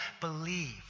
believe